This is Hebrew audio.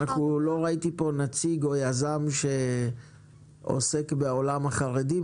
לא ראיתי פה נציג או יזם שעוסק בעולם החרדים,